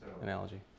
analogy